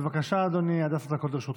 בבקשה, אדוני, עד עשר דקות לרשותך.